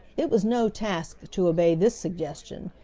it was no task to obey this suggestion,